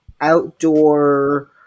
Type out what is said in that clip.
outdoor